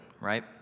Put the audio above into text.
right